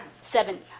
seven